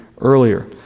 earlier